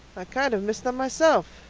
i kind of miss them myself,